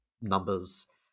numbers